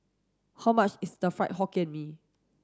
how much is the fried Hokkien Mee